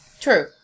True